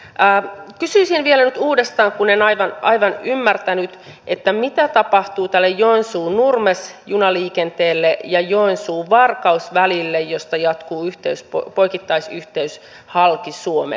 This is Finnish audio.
kysyisin vielä nyt uudestaan kun en aivan ymmärtänyt mitä tapahtuu tälle joensuunurmes junaliikenteelle ja joensuuvarkaus välille josta jatkuu poikittaisyhteys halki suomen